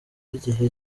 igihe